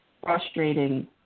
frustrating